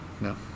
No